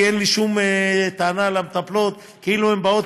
כי אין לי שום טענה למטפלות כאילו הן באות